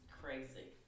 crazy